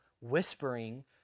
whispering